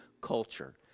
culture